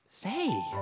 Say